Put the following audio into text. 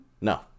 No